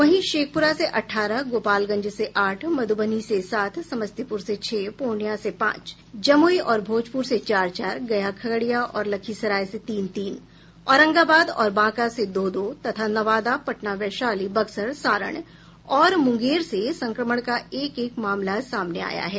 वहीं शेखप्रा से अठारह गोपालगंज से आठ मधुबनी से सात समस्तीपुर से छह पूर्णिया से पांच जमुई और भोजपुर से चार चार गया खगड़िया और लखीसराय से तीन तीन औरंगाबाद और बांका से दो दो तथा नवादा पटना वैशाली बक्सर सारण और मुंगेर से संक्रमण का एक एक मामला सामने आया है